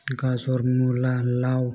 गाजर मुला लाव